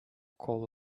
call